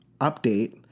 update